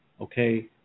okay